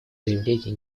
заявлений